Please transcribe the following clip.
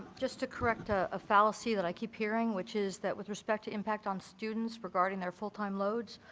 just to correct a ah fallacy that i keep hearing which is that with respect to impact on students regarding their full-time loads.